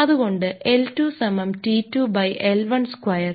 അത്കൊണ്ട് L2 സമം T2 by L1 square